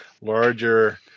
larger